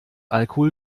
alkohol